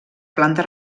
planta